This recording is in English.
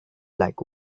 like